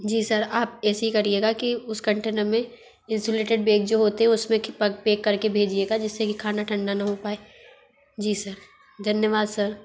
जी sir आप ऐसे ही करिएगा कि उस कंटेनर में इंसुलेटेड बेग जो होते हे उसमें के पक पेक करके भेजिएगा जिस्से कि खाना ठंडा ना हो पाए जी सर धन्यवाद सर